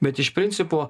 bet iš principo